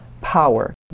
power